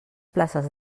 places